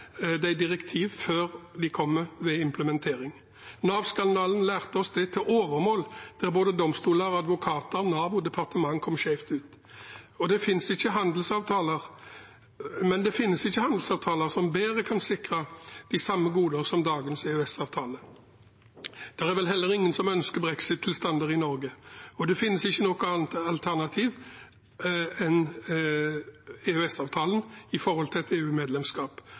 til overmål, der både domstoler, advokater, Nav og departement kom skjevt ut. Men det finnes ikke handelsavtaler som kan sikre de samme goder bedre enn dagens EØS-avtale gjør. Det er vel heller ingen som ønsker brexit-tilstander i Norge, og det finnes ikke noe annet alternativ til EØS-avtalen enn et EU-medlemskap. Det ønsker ikke Kristelig Folkeparti. Det er heller ikke flertall for det i folket. Derimot ønsker et